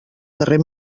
carrer